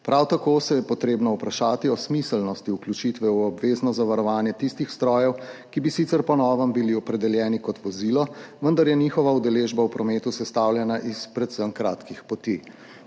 Prav tako se je treba vprašati o smiselnosti vključitve v obvezno zavarovanje tistih strojev, ki bi bili sicer po novem opredeljeni kot vozilo, vendar je njihova udeležba v prometu sestavljena iz predvsem kratkih poti.